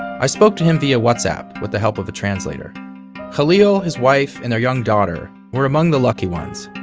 i spoke to him via whatsapp with the help of a translator khalil, his wife, and their young daughter were among the lucky ones.